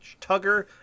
tugger